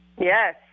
Yes